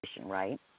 right